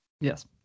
Yes